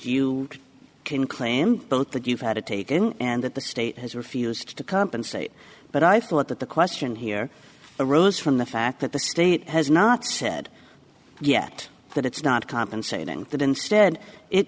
you can claim both that you've had it taken and that the state has refused to compensate but i thought that the question here arose from the fact that the state has not said yet that it's not compensating that instead it